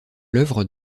l’œuvre